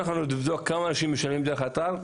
אך אם נלך לבדוק כמה אנשים משלמים דרך האתר,